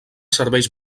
serveis